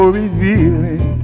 revealing